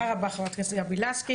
תודה רבה, חברת הכנסת גבי לסקי.